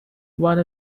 one